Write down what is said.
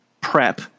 prep